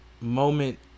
moment